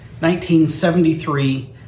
1973